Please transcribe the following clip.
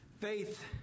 Faith